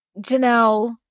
Janelle